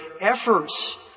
efforts